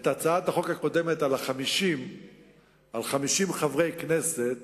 את הצעת החוק הקודמת על 50 חברי כנסת